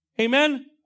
Amen